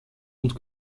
und